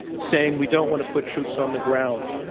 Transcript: saying, we don't want to put troops on the ground.